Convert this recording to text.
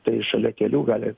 tai šalia kelių gali